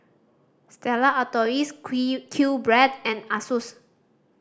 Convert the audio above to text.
Stella Artois QBread and Asus